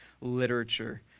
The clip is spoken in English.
literature